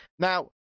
Now